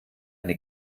eine